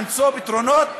למצוא פתרונות,